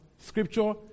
Scripture